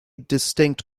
distinct